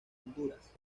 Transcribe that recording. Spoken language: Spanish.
honduras